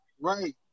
right